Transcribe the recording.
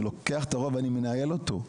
אני לוקח את האירוע ואני מנהל אותו.